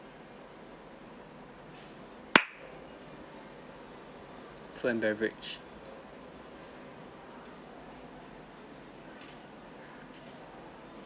food and beverage